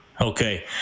Okay